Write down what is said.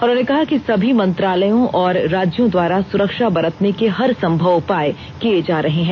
उन्होंने कहा कि सभी मंत्रालयों और राज्यों द्वारा सुरक्षा बरतने के हर संभव उपाय किए जा रहे हैं